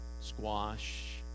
squash